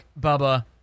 Bubba